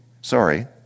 Sorry